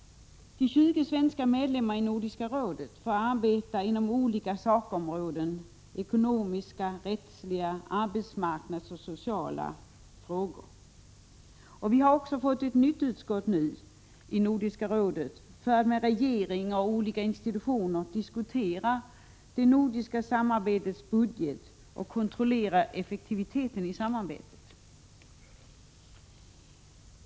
De 20 svenska medlemmarna av Nordiska rådet får arbeta inom olika sakområden: ekonomiska frågor, rättsliga frågor, arbetsmarknadsfrågor, sociala frågor och kulturfrågor. Nu har vi också fått ett nytt utskott i Nordiska rådet för att med regeringar och olika institutioner diskutera det nordiska samarbetets budget och kontrollera effektiviteten i samarbetet.